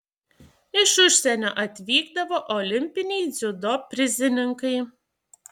iš užsienio atvykdavo olimpiniai dziudo prizininkai